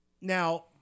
Now